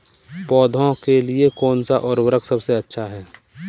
पौधों के लिए कौन सा उर्वरक सबसे अच्छा है?